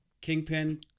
Kingpin